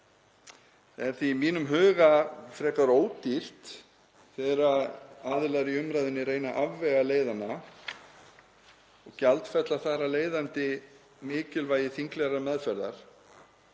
er því í mínum huga frekar ódýrt þegar aðilar í umræðunni reyna að afvegaleiða hana og gjaldfella þar af leiðandi mikilvægi þinglegrar meðferðar.